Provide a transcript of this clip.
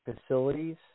facilities